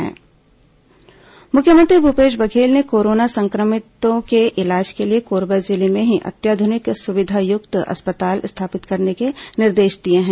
corona मुख्यमंत्री monitoring मुख्यमंत्री भूपेश बघेल ने कोरोना संक्रमितों के इलाज के लिए कोरबा जिले में ही अत्याधुनिक सुविधायुक्त अस्पताल स्थापित करने के निर्देश दिए हैं